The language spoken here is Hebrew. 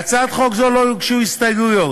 להצעת חוק זו לא הוגשו הסתייגויות,